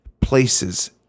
places